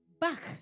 back